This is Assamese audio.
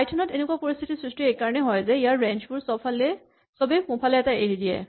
পাইথন ত এনেকুৱা পৰিস্হিতিৰ সৃষ্টি এইকাৰণেই হয় যে ইয়াৰ ৰেঞ্জ বোৰ চবেই সোঁফালে এটা এৰি দিয়ে